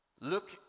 Look